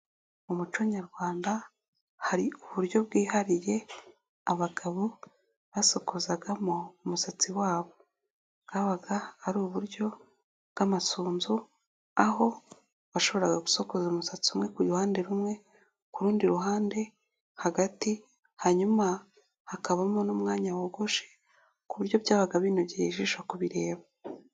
Mu muco nyarwanda hari uburyo bwihariye abagabo basokozagamo umusatsi wabo, bwabaga ari uburyo bw'amasunzu aho bashoboraga gusokoza umusatsi umwe ku ruhande rumwe, ku rundi ruhande, hagati, hanyuma hakabamo n'umwanya wogoshe ku buryo byabaga binogeye ijisho kubireba.